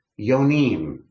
yonim